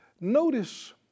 notice